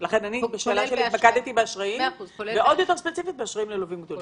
באשראים ללווים גדולים.